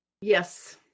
yes